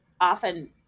often